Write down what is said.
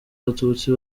abatutsi